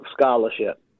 scholarship